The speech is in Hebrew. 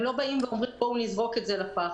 הם לא אומרים: בואו נזרוק את זה לפח.